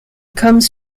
comes